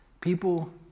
People